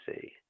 see